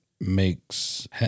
makes